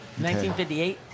1958